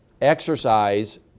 exercise